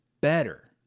better